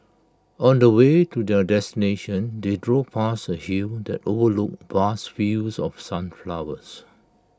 on the way to their destination they drove past A hill that overlooked vast fields of sunflowers